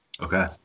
Okay